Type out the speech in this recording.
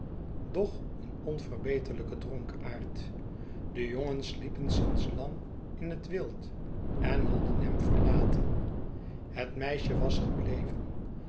doch een onverbeterlijke dronkaard de jongens liepen sinds lang in het wild en hadden hem verlaten het meisje was gebleven